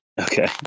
okay